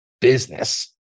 business